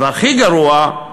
והכי גרוע,